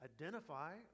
Identify